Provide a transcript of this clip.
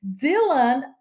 Dylan